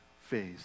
phase